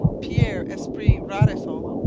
pierre esprit radisson,